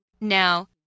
Now